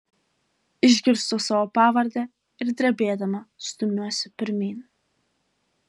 išgirstu savo pavardę ir drebėdama stumiuosi pirmyn